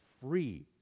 free